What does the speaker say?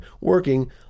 working